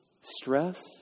Stress